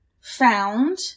found